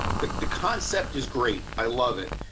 the the concept is great. i love it.